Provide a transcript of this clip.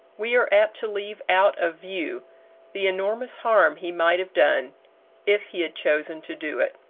we are apt to leave out of view the enormous harm he might have done if he had chosen to do it.